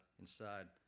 inside